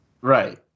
Right